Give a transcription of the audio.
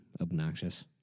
obnoxious